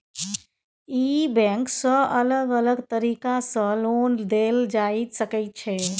ई bank सँ अलग अलग तरीका सँ लोन देल जाए सकै छै